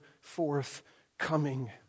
forthcoming